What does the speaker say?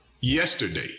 yesterday